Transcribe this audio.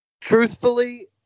Truthfully